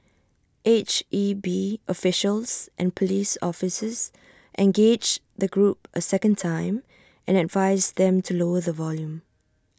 H E B officials and Police officers engaged the group A second time and advised them to lower the volume